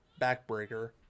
Backbreaker